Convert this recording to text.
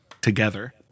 together